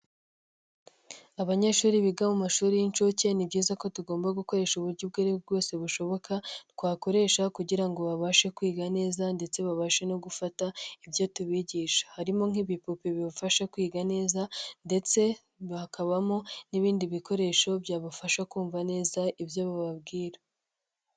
Abanyeshuri biga mu mashuri y'incuke ni byiza ko tugomba gukoresha uburyo ubwo ari bwose bushoboka, twakoresha kugira ngo babashe kwiga neza, ndetse babashe no gufata ibyo tubigisha harimo nk'ibipupe bibafasha kwiga neza, ndetse ha bakabamo n'ibindi bikoresho byabafasha kumva neza ibyo bababwira.